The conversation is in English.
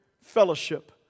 Fellowship